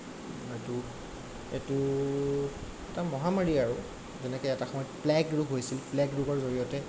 এইটো এইটো এটা মহামাৰী আৰু যেনেকৈ এটা সময়ত প্লেগ ৰোগ হৈছিল প্লেগ ৰোগৰ জৰিয়তে